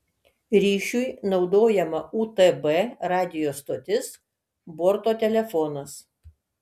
ryšiui naudojama utb radijo stotis borto telefonas